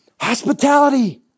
hospitality